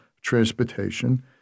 transportation